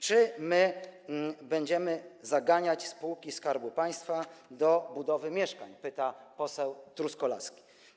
Czy będziemy zaganiać spółki Skarbu Państwa do budowy mieszkań, pyta poseł Truskolaski.